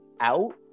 out